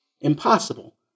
impossible